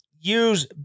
use